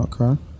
Okay